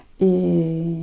Et